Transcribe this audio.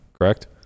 correct